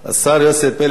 השר יוסי פלד יענה.